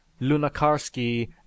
Lunakarsky